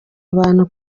abantu